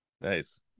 nice